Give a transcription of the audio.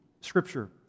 Scripture